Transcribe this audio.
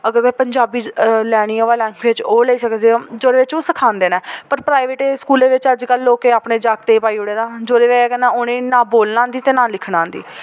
अगर तुसें पंजाबी लैनी ऐ भला ओह् लेई सकदे ओ जोह्दे चो ओ ओह् सखांदे न पर प्राइवेट स्कूलें बिच अज्जकल लोकें अपने जागतें ई पाई ओड़ेदा जेह्दी बजह् कन्नै उ'नें गी ना बोलना आंदी ना लिखना आंदी